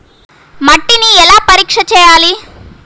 మట్టిని ఎలా పరీక్ష చేయాలి?